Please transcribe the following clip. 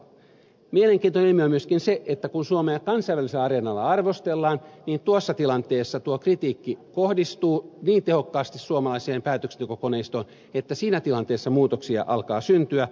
mielenkiintoinen ilmiö on myöskin se että kun suomea kansainvälisellä areenalla arvostellaan tuossa tilanteessa tuo kritiikki kohdistuu niin tehokkaasti suomalaiseen päätöksentekokoneistoon että siinä tilanteessa muutoksia alkaa syntyä